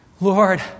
Lord